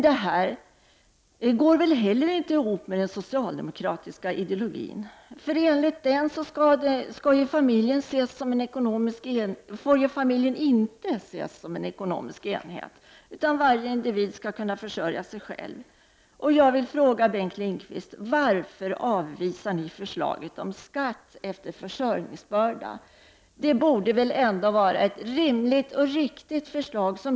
Det går väl inte heller ihop med den socialdemokratiska ideologin, för enligt den får familjen inte ses som en ekonomisk enhet, utan varje individ skall kunna försörja sig själv. Jag vill fråga Bengt Lind qvist: Varför avvisar ni förslaget om skatt efter försörjningsbörda? Det borde vara ett rimligt och riktigt förslag.